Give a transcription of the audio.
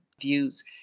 views